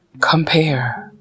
compare